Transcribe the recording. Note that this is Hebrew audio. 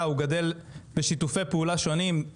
המנכ"לית דיברה על חברת המתנ"סים,